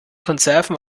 konserven